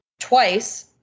twice